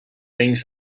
things